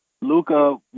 Luca